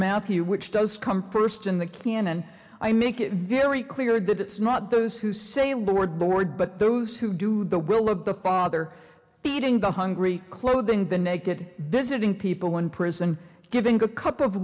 matthew which does come first in the canon i make it very clear that it's not those who say were bored but those who do the will of the father feeding the hungry clothing the naked visiting people in prison giving a cup of